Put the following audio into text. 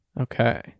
Okay